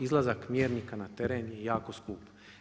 Izlazak mjernika na teren je jako skup.